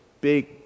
big